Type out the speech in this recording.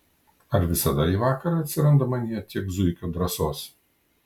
ar visada į vakarą atsiranda manyje tiek zuikio drąsos